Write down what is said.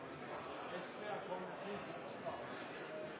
vi skal votere, er at alle kommer